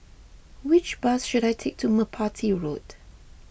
which bus should I take to Merpati Road